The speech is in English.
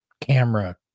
camera